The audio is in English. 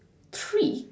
treat